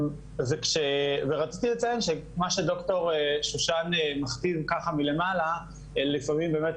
ורציתי לציין מה שד"ר ששון מכתיב ככה מלמעלה לפעמים באמת,